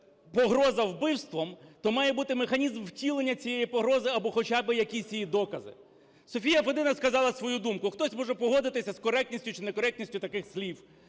погроза зі вбивством, то має бути механізм втілення цієї погрози або хоча би якісь її докази. Софія Федина сказала свою думку. Хтось може погодитися з коректністю чи некоректністю таких слів,